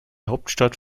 hauptstadt